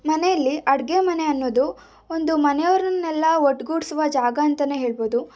ಮನೆಯಲ್ಲಿ ಅಡುಗೆ ಮನೆ ಅನ್ನೋದು ಒಂದು ಮನೆಯವರನ್ನೆಲ್ಲ ಒಟ್ಟುಗೂಡಿಸುವ ಜಾಗ ಅಂತಲೇ ಹೇಳ್ಬೋದು